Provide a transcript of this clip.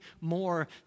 more